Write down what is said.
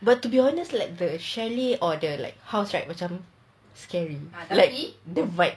but to be honest like the chalet or the like house right macam scary like the vibe